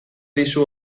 dizu